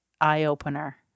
eye-opener